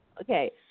Okay